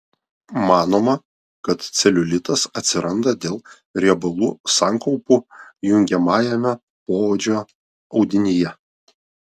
manoma kad celiulitas atsiranda dėl riebalų sankaupų jungiamajame poodžio audinyje